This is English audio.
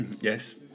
yes